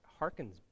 harkens